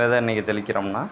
வெதை இன்னிக்கி தெளிக்கிறோம்னா